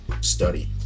study